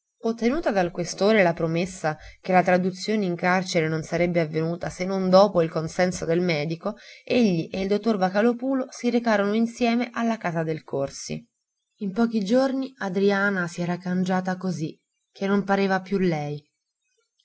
ottenuta dal questore la promessa che la traduzione in carcere non sarebbe avvenuta se non dopo il consenso del medico egli e il dottor vocalòpulo si recarono insieme alla casa del corsi in pochi giorni adriana si era cangiata così che non pareva più lei